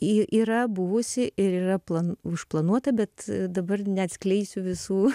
ji yra buvusi ir yra plan užplanuota bet dabar neatskleisiu visų